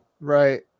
Right